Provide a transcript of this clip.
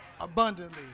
abundantly